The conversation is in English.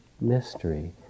mystery